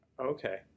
Okay